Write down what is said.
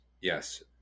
Yes